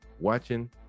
watching